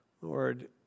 Lord